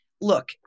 Look